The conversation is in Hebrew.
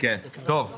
אני שואל שאלה.